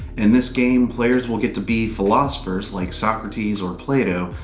in this game, players will get to be philosophers like socrates or plato,